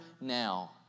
now